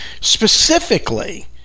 specifically